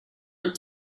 went